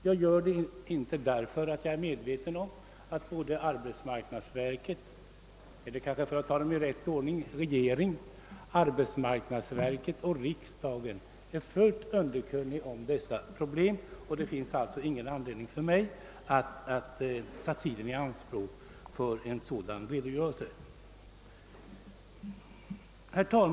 Jag underlåter att göra det därför att jag vet att regeringen, arbetsmarknadsverket och riksdagen är fullt underkunniga om problemen. Det finns därför ingen anledning för mig att här uppta tiden med en redogörelse härför.